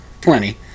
plenty